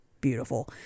beautiful